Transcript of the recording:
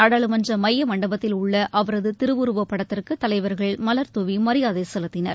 நாடாளுமன்ற மைய மண்டபத்தில் உள்ள அவரது திருவுருவப் படத்திற்கு தலைவா்கள் மலா் துவி மரியாதை செலுத்தினர்